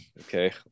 okay